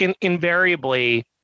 invariably